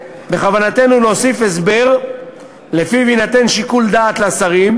בכוונתנו להוסיף הסבר שלפיו יינתן שיקול דעת לשרים,